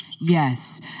Yes